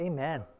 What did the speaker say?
Amen